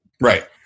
Right